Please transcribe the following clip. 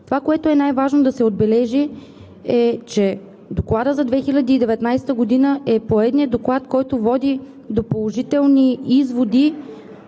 Това, което е най-важно да се отбележи, е, че Докладът за 2019 г. е поредният доклад, който води до положителни изводи